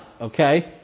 okay